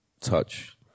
touch